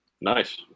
nice